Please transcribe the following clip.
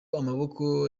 amaboko